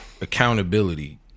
Accountability